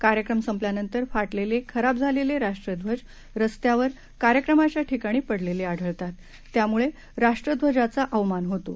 कार्यक्रम संपल्यानंतर फाटलेले खराब झालेले राष्ट्रध्वज रस्त्यावर कार्यक्रमाच्या ठिकाणी पडलेले आढळतात त्यामुळे राष्ट्रध्वजाचा अवमान होतो